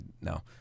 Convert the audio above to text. no